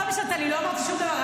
--- הכול בסדר, טלי, לא אמרתי שום דבר.